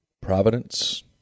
Providence